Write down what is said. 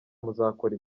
muzakora